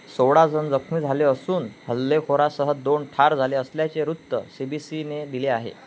सोळाजण जखमी झाले असून हल्लेखोरासह दोन ठार झाले असल्याचे वृत्त सी बी सीने दिले आहे